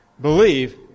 believe